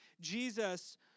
Jesus